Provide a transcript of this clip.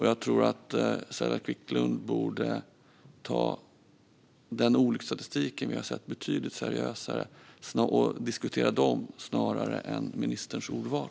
Jag tror att Saila Quicklund borde ta den olycksstatistik vi har sett betydligt mer seriöst och diskutera den snarare än ministerns ordval.